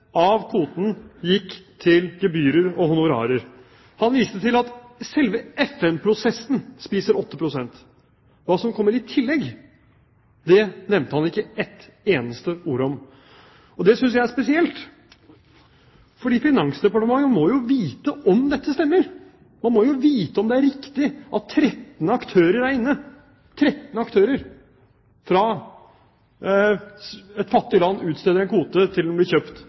av kvoten gikk til gebyrer og honorarer. Han viste til at selve FN-prosessen spiser 8 pst. Hva som kommer i tillegg, nevnte han ikke ett eneste ord om. Det synes jeg er spesielt, for Finansdepartementet må jo vite om dette stemmer. De må jo vite om det er riktig at 13 aktører er inne – 13 aktører fra et fattig land utsteder en kvote til den blir kjøpt